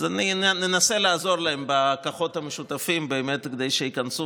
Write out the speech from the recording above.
אז אני אנסה לעזור להם בכוחות משותפים באמת כדי שייכנסו.